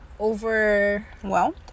Overwhelmed